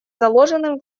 заложенным